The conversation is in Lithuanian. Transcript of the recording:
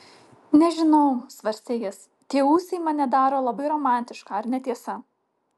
nežinau svarstė jis tie ūsai mane daro labai romantišką ar ne tiesa